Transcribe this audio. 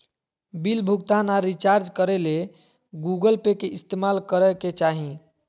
bill भुगतान आर recharge करे ले गूगल पे के इस्तेमाल करय के चाही